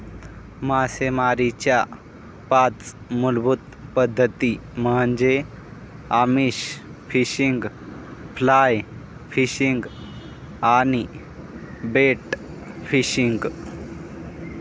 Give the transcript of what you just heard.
मासेमारीच्या पाच मूलभूत पद्धती म्हणजे आमिष फिशिंग, फ्लाय फिशिंग आणि बेट फिशिंग